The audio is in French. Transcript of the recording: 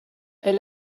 elle